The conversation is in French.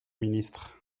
ministre